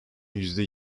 yüzde